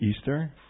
Easter